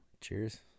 Cheers